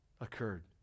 occurred